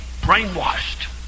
brainwashed